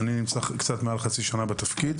אני נמצא קצת יותר מחצי שנה בתפקיד